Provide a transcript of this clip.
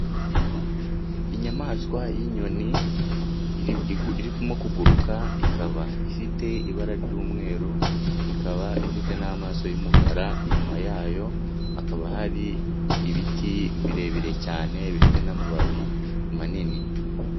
Inyamaswa y'inyoni, irimo kuguruka, ikaba ifite ibara ry'umweru, ikaba ifite n'amaso y'umukara, inyuma yayo hakaba hari ibiti birebire cyane, bifite n'amababi manini.